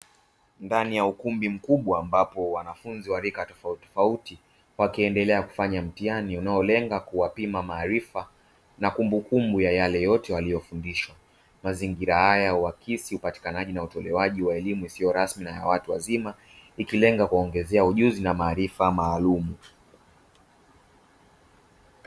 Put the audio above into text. Ndani ya ukumbi mkubwa, ambapo wanafunzi wa rika tofautitofauti wakiendelea kufanya mtihani unaolenga kuwapima maarifa na kumbukumbu ya yale yote waliyofundishwa. Mazingira haya huakisi upatikanaji na utolewaji wa elimu isiyo rasmi na ya watu wazima, ikilenga kuwaongezea ujuzi na maarifa maalumu.